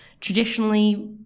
Traditionally